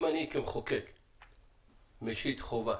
אם אני כמחוקק משית חובה